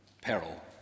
peril